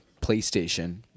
PlayStation